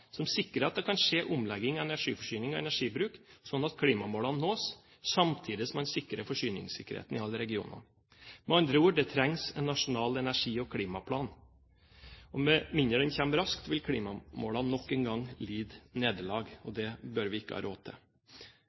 som sikrer at det kan skje omlegging av energiforsyning og energibruk slik at klimamålene nås, samtidig som man sikrer forsyningssikkerheten i alle regioner. Med andre ord: Det trengs en nasjonal energi- og klimaplan. Og med mindre den kommer raskt, vil klimamålene nok en gang lide nederlag, og det bør vi ikke ha råd til.